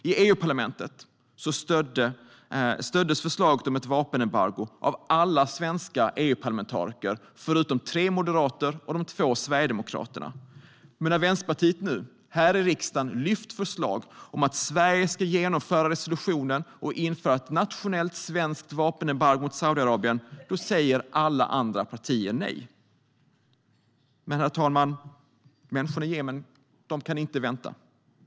I EU-parlamentet stöddes förslaget om ett vapenembargo av alla svenska parlamentariker förutom tre moderater och de två sverigedemokraterna. Men när Vänsterpartiet nu här i riksdagen lyft fram förslag om att Sverige ska genomföra resolutionen och införa ett nationellt svenskt vapenembargo mot Saudiarabien säger alla andra partier nej. Men, herr talman, människorna i Jemen kan inte vänta.